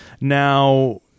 now